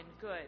good